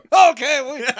Okay